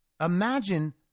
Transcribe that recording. Imagine